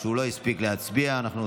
להלן תוצאות ההצבעה: 35 בעד,